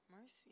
mercy